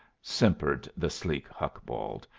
simpered the sleek hucbald.